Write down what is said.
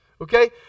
Okay